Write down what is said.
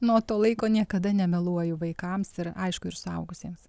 nuo to laiko niekada nemeluoju vaikams ir aišku ir suaugusiems